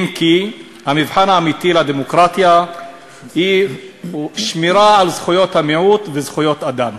אלא המבחן האמיתי לדמוקרטיה הוא שמירה על זכויות המיעוט וזכויות אדם.